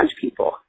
people